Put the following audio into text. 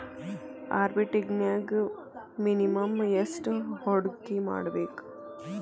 ಆರ್ಬಿಟ್ರೆಜ್ನ್ಯಾಗ್ ಮಿನಿಮಮ್ ಯೆಷ್ಟ್ ಹೂಡ್ಕಿಮಾಡ್ಬೇಕ್?